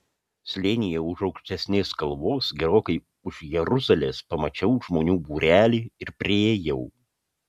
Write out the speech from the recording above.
slėnyje už aukštesnės kalvos gerokai už jeruzalės pamačiau žmonių būrelį ir priėjau